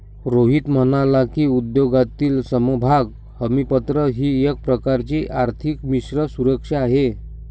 रोहित म्हणाला की, उद्योगातील समभाग हमीपत्र ही एक प्रकारची आर्थिक मिश्र सुरक्षा आहे